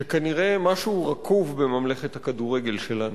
שכנראה משהו רקוב בממלכת הכדורגל שלנו.